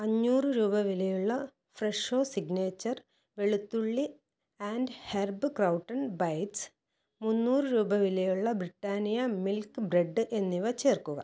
അഞ്ഞൂറ് രൂപ വിലയുള്ള ഫ്രെഷോ സിഗ്നേച്ചർ വെളുത്തുള്ളി ആൻഡ് ഹെർബ് ക്രൗട്ടൺ ബൈറ്റ്സ് മുന്നൂറ് രൂപ വിലയുള്ള ബ്രിട്ടാനിയ മിൽക്ക് ബ്രെഡ് എന്നിവ ചേർക്കുക